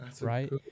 Right